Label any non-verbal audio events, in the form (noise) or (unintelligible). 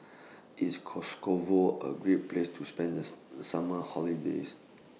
IS (unintelligible) A Great Place to spend This The Summer holidays